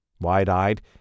Wide-eyed